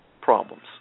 problems